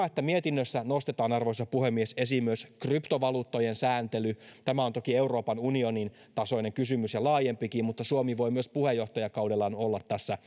että mietinnössä nostetaan arvoisa puhemies esiin myös kryptovaluuttojen sääntely tämä on toki euroopan unionin tasoinen kysymys ja laajempikin mutta suomi voi myös puheenjohtajakaudellaan olla tässä